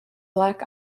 black